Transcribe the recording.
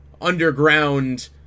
underground